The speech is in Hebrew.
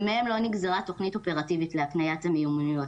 ומהם לא נגזרה תוכנית אופרטיבית להקניית המיומנויות.